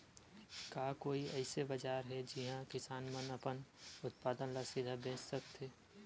का कोई अइसे बाजार हे जिहां किसान मन अपन उत्पादन ला सीधा बेच सकथे?